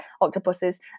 octopuses